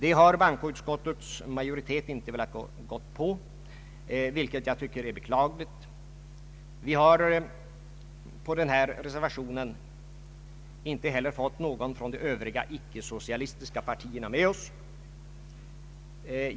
Det har bankoutskottets majoritet inte velat gå med på, vilket jag tycker är beklagligt. Vi har på den här reservationen inte heller fått någon från de övriga icke socialistiska partierna med oss.